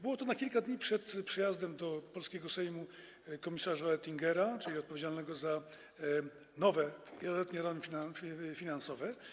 Było to na kilka dni przed przyjazdem do polskiego Sejmu komisarza Oettingera, czyli osoby odpowiedzialnej za nowe wieloletnie ramy finansowe.